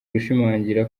gushimangira